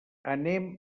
anem